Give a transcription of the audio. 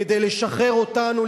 כדי לשחרר אותנו,